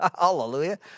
Hallelujah